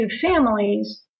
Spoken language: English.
families